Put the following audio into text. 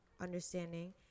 understanding